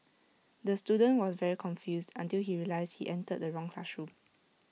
the student was very confused until he realised he entered the wrong classroom